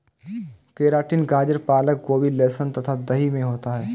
keratin गाजर पालक गोभी लहसुन तथा दही में होता है